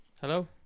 hello